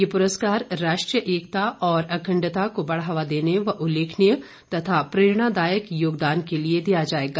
यह पुरस्कार राष्ट्रीय एकता और अखंडता को बढ़ावा देने व उल्लेखनीय तथा प्रेरणादायक योगदान के लिए दिया जाएगा